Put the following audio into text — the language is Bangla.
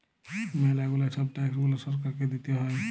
ম্যালা গুলা ছব ট্যাক্স গুলা সরকারকে দিতে হ্যয়